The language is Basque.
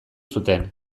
zuten